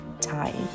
time